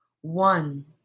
one